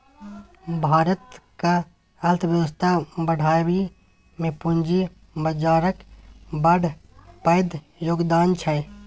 भारतक अर्थबेबस्था बढ़ाबइ मे पूंजी बजारक बड़ पैघ योगदान छै